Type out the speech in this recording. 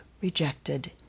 rejected